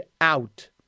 out